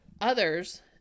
others